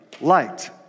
light